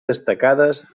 destacades